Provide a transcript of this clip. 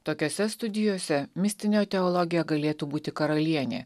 tokiose studijose mistinio teologija galėtų būti karalienė